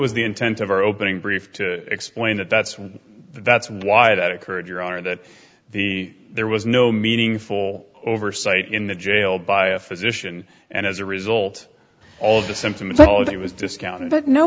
was the intent of our opening brief to explain that that's why that's why it occurred your honor that the there was no meaningful oversight in that jail by a physician and as a result all the symptomatology was discounted but no